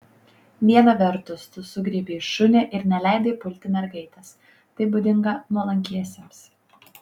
viena vertus tu sugriebei šunį ir neleidai pulti mergaitės tai būdinga nuolankiesiems